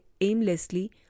aimlessly